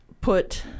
put